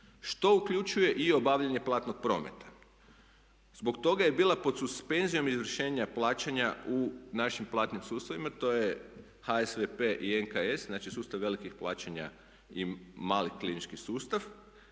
što uključuje i obavljanje platnog prometa. Zbog toga je bila pod suspenzijom izvršenja plaćanja u našim platnim sustavima to je HSVP i NKS, znači sustav velikih plaćanja i mali klirinški sustav.